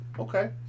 Okay